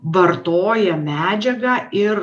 vartoja medžiagą ir